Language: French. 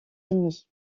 ennemi